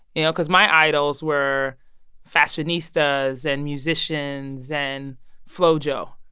you know, because my idols were fashionistas and musicians and flo-jo